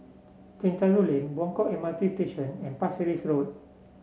Chencharu Lane Buangkok M R T Station and Pasir Ris Road